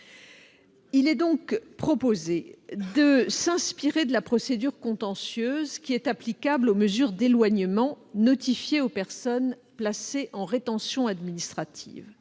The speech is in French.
Il est donc proposé de s'inspirer de la procédure contentieuse applicable aux mesures d'éloignement notifiées aux personnes placées en rétention administrative.